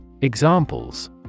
examples